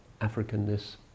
Africanness